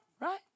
Right